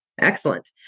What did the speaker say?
Excellent